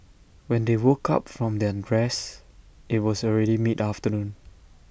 when they woke up from their rest IT was already mid afternoon